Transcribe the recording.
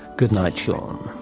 goodnight sean,